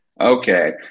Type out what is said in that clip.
Okay